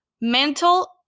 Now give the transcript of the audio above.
mental